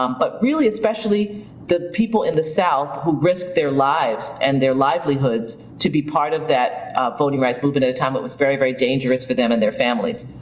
um but really, especially the people in the south who risked their lives and their livelihoods to be part of that voting rights movement at a time it was very, very dangerous for them and their families.